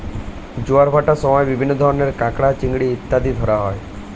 জোয়ার ভাটার সময় বিভিন্ন ধরনের কাঁকড়া, চিংড়ি ইত্যাদি ধরা হয়